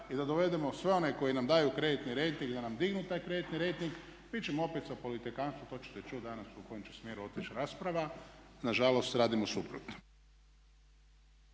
i da dovedemo sve one koji nam daju kreditni rejting da nam dignu taj kreditni rejting mi ćemo opet sa politikantstvom to ćete čuti danas u kojem će smjeru otići rasprava nažalost radimo suprotno.